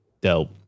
Dope